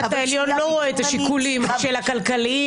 העליון לא רואה את השיקולים הכלכליים,